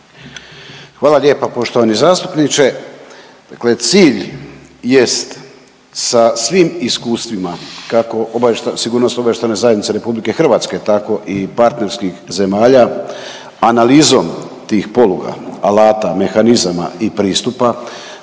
Hvala lijepa poštovani zastupniče. Dakle, cilj jest sa svim iskustvima kako sigurnosno-obavještajne zajednice RH tako i partnerskih zemalja analizom tih poluga, alata, mehanizama i pristupa